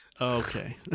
okay